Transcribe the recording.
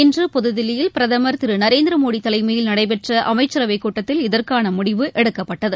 இன்று புதுதில்லியில் பிரதமர் திரு நரேந்திர மோடி தலைமையில் நடைபெற்ற அமைச்சரவை கூட்டத்தில் இதற்கான முடிவு எடுக்கப்பட்டது